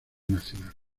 nacional